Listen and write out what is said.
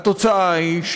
התוצאה היא,